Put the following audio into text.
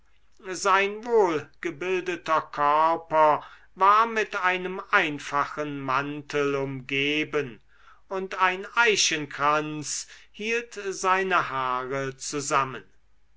sein wohlgebildeter körper war mit einem einfachen mantel umgeben und ein eichenkranz hielt seine haare zusammen